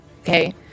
Okay